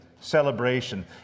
celebration